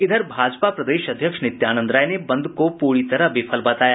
इधर भाजपा प्रदेश अध्यक्ष नित्यानंद राय ने बंद का पूरी तरह विफल बताया